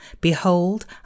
Behold